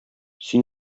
син